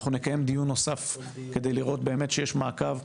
אנחנו נקיים דיון נוסף כדי לראות שבאמת יש מעקב,